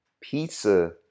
Pizza